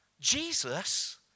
Jesus